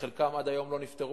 שחלקה עד היום לא נפתר,